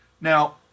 Now